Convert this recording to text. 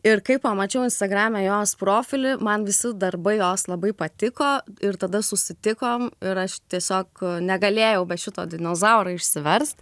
ir kai pamačiau instagrame jos profilį man visi darbai jos labai patiko ir tada susitikom ir aš tiesiog negalėjau be šito dinozauro išsiverst